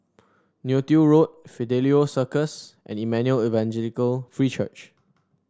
Neo Tiew Road Fidelio Circus and Emmanuel Evangelical Free Church